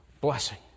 blessing